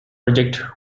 project